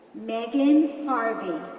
megan harvey,